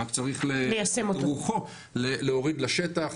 רק צריך להוריד לשטח.